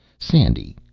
sandy,